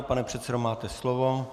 Pane předsedo, máte slovo.